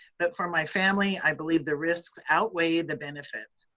but for my family, i believe the risks outweigh the benefit.